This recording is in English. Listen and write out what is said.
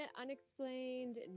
unexplained